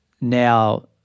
now